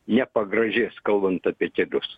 nepagražės kalbant apie kelius